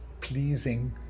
pleasing